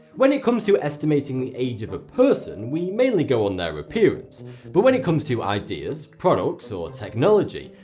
when it comes to estimating the age of a person, we mainly go on their appearance but when it comes to ideas, products or technology,